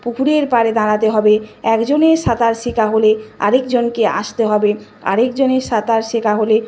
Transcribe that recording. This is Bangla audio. পুকুরের পাড়ে দাঁড়াতে হবে একজনের সাঁতার শেখা হলে আরেকজনকে আসতে হবে আরেকজনের সাঁতার শেখা হলে